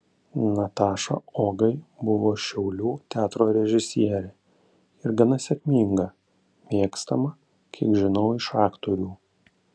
nataša ogai buvo šiaulių teatro režisierė ir gana sėkminga mėgstama kiek žinau iš aktorių